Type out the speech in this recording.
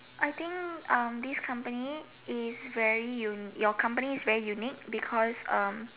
I think um this company is very your company is very unique because um